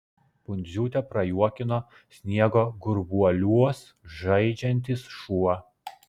pundziūtę prajuokino sniego gurvuoliuos žaidžiantis šuo